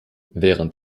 während